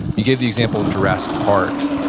you gave the example of jurassic park,